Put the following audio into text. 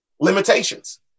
limitations